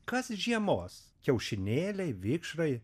kas žiemos kiaušinėliai vikšrai